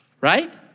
right